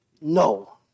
no